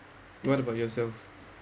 what about yourself